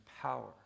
power